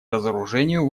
разоружению